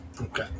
Okay